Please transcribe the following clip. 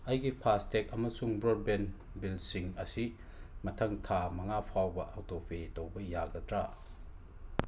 ꯑꯩꯒꯤ ꯐꯥꯁꯇꯦꯛ ꯑꯃꯁꯨꯡ ꯕ꯭ꯔꯣꯠꯕꯦꯟ ꯕꯤꯜꯁꯤꯡ ꯑꯁꯤ ꯃꯊꯪ ꯊꯥ ꯃꯉꯥ ꯐꯥꯎꯕ ꯑꯣꯇꯣ ꯄꯦ ꯇꯧꯕ ꯌꯥꯒꯗ꯭ꯔꯥ